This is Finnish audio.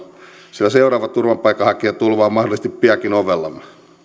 sillä seuraava turvapaikanhakijatulva on mahdollisesti piankin ovellamme perheenyhdistämisen